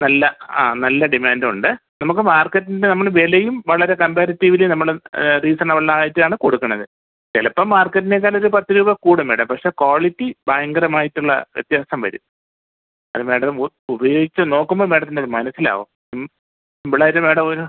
നല്ല ആ നല്ല ഡിമാൻഡുണ്ട് നമുക്ക് മാർക്കറ്റിൻ്റെ നമ്മൾ വിലയും വളരെ കംപാരിറ്റീവിലി നമ്മൾ റീസണബിളായിട്ടാണ് കൊടുക്കണത് ചിലപ്പം മാർക്കറ്റിനേക്കാളൊരു പത്ത് രൂപ കൂടും മാഡം പക്ഷേ ക്വാളിറ്റി ഭയങ്കരമായിട്ടുള്ള വ്യത്യാസം വരും അത് മാഡം ഉ ഉപയോഗിച്ച് നോക്കുമ്പോൾ മാഡത്തിനത് മനസ്സിലാവും സിമ്പിളായിട്ട് മാഡം ഒരു